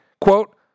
quote